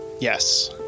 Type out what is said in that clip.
Yes